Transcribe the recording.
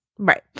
Right